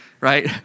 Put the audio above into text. Right